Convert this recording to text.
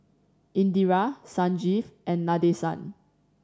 Indira Sanjeev and Nadesan